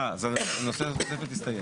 אה, אז נושא התוספת הסתיים.